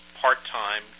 part-time